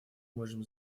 можем